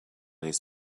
his